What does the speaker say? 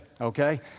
okay